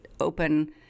open